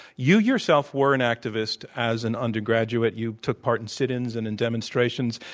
you yourself were an activist as an undergraduate. you took part in sit ins and in demonstrations.